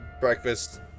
breakfast